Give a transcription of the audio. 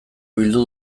bildu